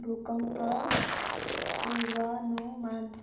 भूकम्प पूर्वानुमान